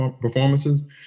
performances